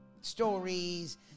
stories